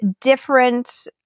different –